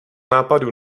nápadů